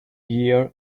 year